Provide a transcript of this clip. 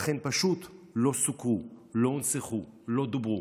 אך הם פשוט לא סוקרו, לא הונצחו, לא דוברו.